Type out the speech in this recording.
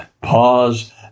Pause